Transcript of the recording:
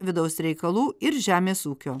vidaus reikalų ir žemės ūkio